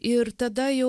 ir tada jau